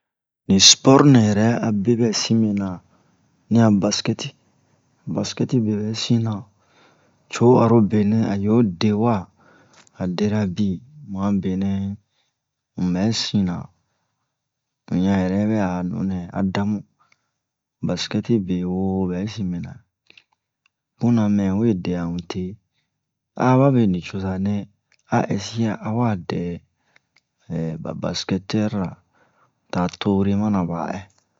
ni spɔrt nɛ yɛrɛ abe ɓɛ sin mɛ na ni a baskɛti baskɛti be ɓɛ sinna co'arobe nɛ a yo de wa a dera bi mu a benɛ mubɛ sinna un ɲan yɛrɛ bɛ a nu nɛ a da mu baskɛti bewo ɓɛ sinna punna mɛ we diya un te aba ɓe nucoza nɛ a ɛsiya awa dɛ ɓa basketɛri-ra ta tore mana ɓa